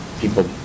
people